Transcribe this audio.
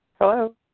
Hello